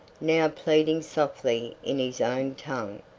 now pleading softly in his own tongue,